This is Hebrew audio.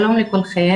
שלום לכולם.